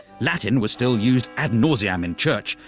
latin was still used at nauseam in church,